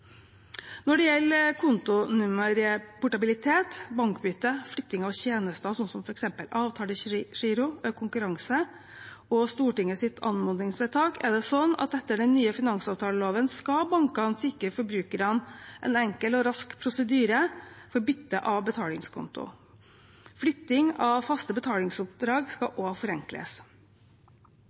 Når det gjelder kontonummerportabilitet, bankbytte, flytting av tjenester som f.eks. avtalegiro, økt konkurranse og Stortingets anmodningsvedtak, er det sånn at etter den nye finansavtaleloven skal bankene sikre forbrukerne en enkel og rask prosedyre for bytte av betalingskonto. Flytting av faste betalingsoppdrag skal også forenkles.